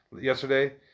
yesterday